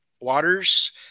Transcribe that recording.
Waters